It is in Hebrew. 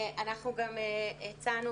אנחנו גם הצענו,